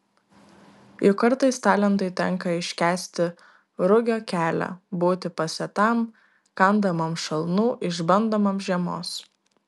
juk kartais talentui tenka iškęsti rugio kelią būti pasėtam kandamam šalnų išbandomam žiemos